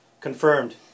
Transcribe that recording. confirmed